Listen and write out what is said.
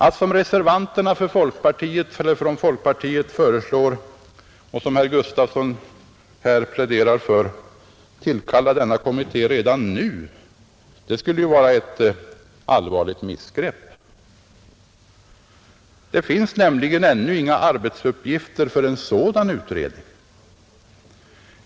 Att, som reservanterna från folkpartiet föreslår och som herr Gustafson här pläderar för, tillkalla denna kommitté redan nu skulle vara ett allvarligt missgrepp. Det finns nämligen ännu inga arbetsuppgifter för en sådan utredning.